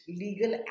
legal